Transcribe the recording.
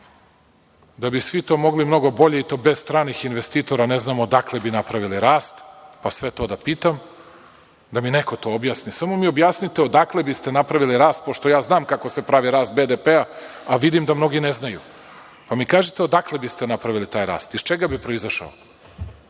da bi svi to mogli mnogo bolje i to bez stranih investitora, ne znam odakle bi napravili rast, pa sve to da pitam, da mi neko to objasni. Samo mi objasnite odakle biste napravili rast, pošto ja znam kako se pravi rast BDP a vidim da mnogi ne znaju, pa mi kažite odakle biste napravili taj rast? Iz čega bi proizašao?